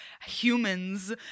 humans